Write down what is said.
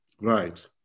Right